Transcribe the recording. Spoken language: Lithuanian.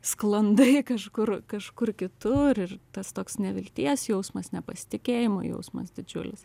sklandai kažkur kažkur kitur ir tas toks nevilties jausmas nepasitikėjimo jausmas didžiulis